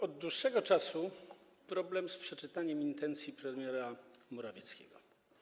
Od dłuższego czasu mam problem z odczytaniem intencji premiera Morawieckiego.